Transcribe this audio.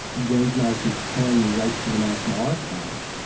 james madison's pen right to the national archives.